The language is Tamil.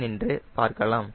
ஏன் என்று பார்க்கலாம்